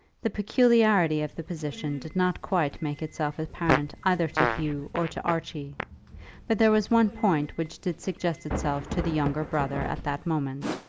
the peculiarity of the position did not quite make itself apparent either to hugh or to archie but there was one point which did suggest itself to the younger brother at that moment.